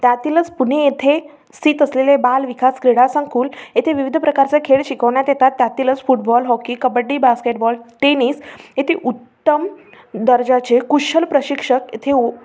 त्यातीलच पुणे येथे स्थित असलेले बाल विकास क्रीडा संकुल येथे विविध प्रकारचे खेळ शिकवण्यात येतात त्यातीलच football hockey kabaddi basketball tennis येथे उत्तम दर्जाचे कुशल प्रशिक्षक येथे